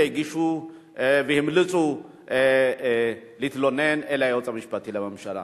שהגישו והמליצו להתלונן אל היועץ המשפטי לממשלה.